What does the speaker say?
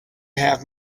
have